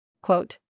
Quote